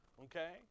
Okay